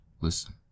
listen